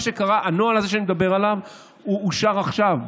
הנוהל הזה שאני מדבר עליו אושר עכשיו,